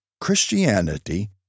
Christianity